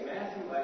Matthew